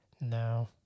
no